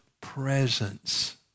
presence